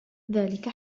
ذلك